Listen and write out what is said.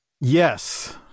Yes